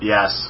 Yes